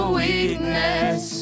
weakness